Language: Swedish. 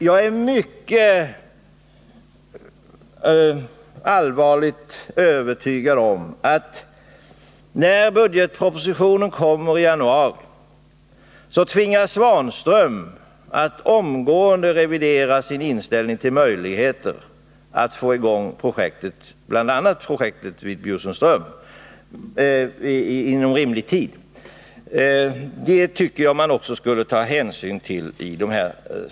Jag är allvarligt övertygad om att när budgetpropositionen kommer i januari tvingas herr Svanström att omgående revidera sin inställning till möjligheten att få igång bl.a. projektet vid Bjursundsströmsholmen inom rimlig tid. Det tycker jag också man skall ta hänsyn till.